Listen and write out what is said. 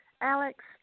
Alex